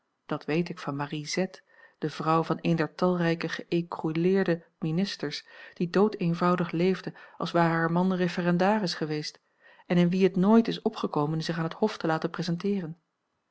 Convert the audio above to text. dat weet ik van marie z de vrouw van een der talrijke geécrouleerde ministers die doodeenvoudig leefde als ware haar man referendaris geweest en in wie het nooit is opgekomen zich aan het hof te laten presenteeren